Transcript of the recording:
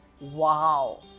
Wow